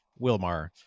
Wilmar